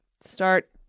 start